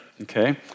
Okay